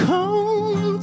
Come